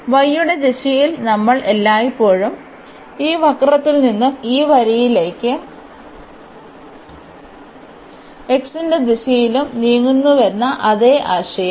Y യുടെ ദിശയിൽ നമ്മൾ എല്ലായ്പ്പോഴും ഈ വക്രത്തിൽ നിന്ന് ഈ വരിയിലേക്കും x ന്റെ ദിശയിലേക്കും നീങ്ങുന്നുവെന്ന അതേ ആശയം